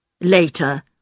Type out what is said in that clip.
Later